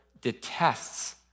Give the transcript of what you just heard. detests